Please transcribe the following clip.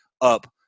up